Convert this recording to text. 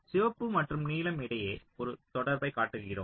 சிவப்பு மற்றும் நீலம் இடையே ஒரு தொடர்பைக் காட்டுகிறோம்